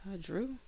Drew